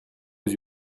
aux